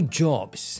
jobs